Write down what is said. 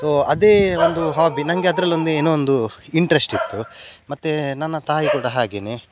so ಅದೇ ಒಂದು hobby ನನಗೆ ಅದರಲ್ಲೊಂದು ಏನೋ ಒಂದು ಇಂಟ್ರೆಸ್ಟ್ ಇತ್ತು ಮತ್ತು ನನ್ನ ತಾಯಿ ಕೂಡ ಹಾಗೆಯೇ